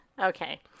Okay